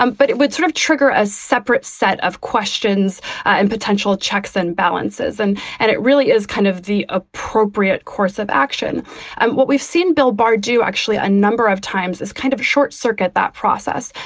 um but it would sort of trigger a separate set of questions and potential checks and balances. and and it really is kind of the appropriate course of action and what we've seen bill barr do actually a number of times is kind of short circuit that process.